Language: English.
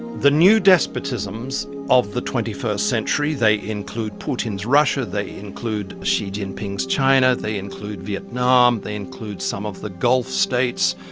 the new despotisms of the twenty first century, they include putin's russia, they include xi jinping's china, they include vietnam, they include some of the gulf states,